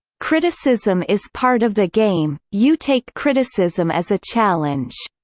criticism is part of the game, you take criticism as a challenge.